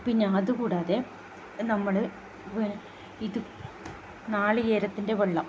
പിന്നെ അതുകൂടാതെ നമ്മൾ ഇത് നാളികേരത്തിൻ്റെ വെള്ളം